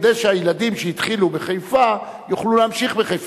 כדי שהילדים שהתחילו בחיפה יוכלו להמשיך בחיפה.